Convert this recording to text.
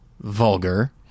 vulgar